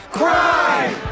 crime